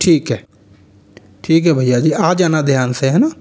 ठीक है ठीक है भैया जी आ जाना ध्यान से है ना